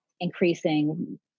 increasing